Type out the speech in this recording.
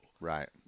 Right